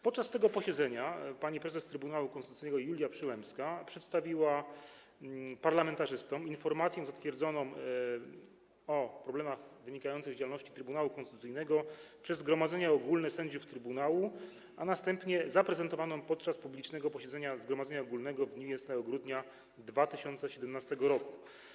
Podczas tego posiedzenia pani prezes Trybunału Konstytucyjnego Julia Przyłębska przedstawiła parlamentarzystom informację o problemach wynikających z działalności Trybunału Konstytucyjnego zatwierdzoną przez zgromadzenie ogólne sędziów trybunału, następnie zaprezentowaną podczas publicznego posiedzenia zgromadzenia ogólnego 20 grudnia 2017 r.